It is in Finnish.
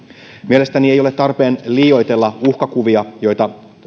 mielestäni ei ole tarpeen liioitella uhkakuvia joita